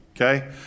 Okay